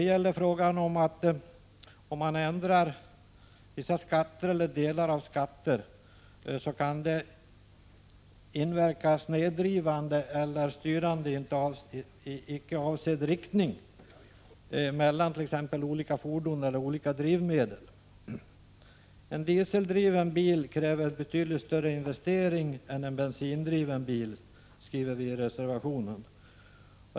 I denna reservation sägs att om man ändrar vissa skatter eller delar av skatter kan detta inverka snedvridande eller styrande i icke avsedd riktning mellan t.ex. olika fordon eller olika drivmedel. En dieseldriven bil kräver en betydligt större investering än en bensindriven bil, skriver vi i reservationen.